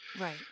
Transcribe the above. Right